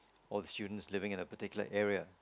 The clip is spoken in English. all the students living in a particular area